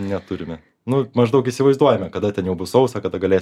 neturime nu maždaug įsivaizduojame kada ten jau bus sausa kada galėsim